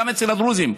גם אצל הדרוזים.